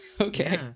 Okay